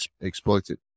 exploited